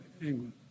England